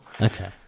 Okay